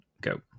go